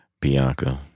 Bianca